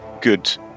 good